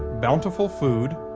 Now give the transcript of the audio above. bountiful food,